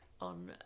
on